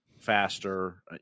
faster